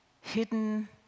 hidden